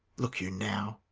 look you now,